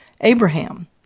Abraham